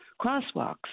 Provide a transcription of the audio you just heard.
crosswalks